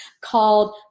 called